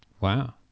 Wow